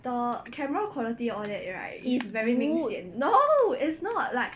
it's good